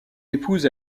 épouse